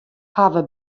hawwe